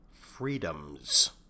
freedoms